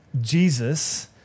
Jesus